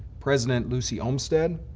president, lucy olmstead,